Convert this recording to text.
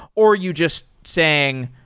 or you just saying,